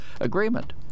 agreement